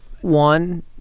One